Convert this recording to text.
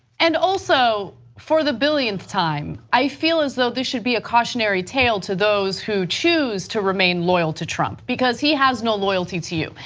and also, for the billionth time, i feel as though they should be a cautionary tale for those who choose to remain loyal to trump because he has no loyalty to you.